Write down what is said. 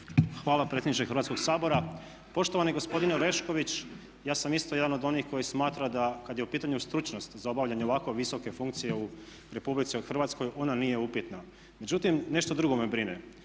Hvala predsjedniče Hrvatskog sabora. Poštovani gospodine Orešković ja sam isto jedan od onih koji smatra da kad je u pitanju stručnost za obavljanje ovako visoke funkcije u Republici Hrvatskoj ona nije upitna. Međutim, nešto drugo me brine.